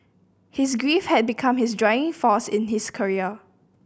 his grief had become his driving force in his career